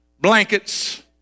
blankets